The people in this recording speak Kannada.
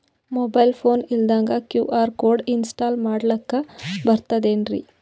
ಮೊಬೈಲ್ ಫೋನ ಇಲ್ದಂಗ ಕ್ಯೂ.ಆರ್ ಕೋಡ್ ಇನ್ಸ್ಟಾಲ ಮಾಡ್ಲಕ ಬರ್ತದೇನ್ರಿ?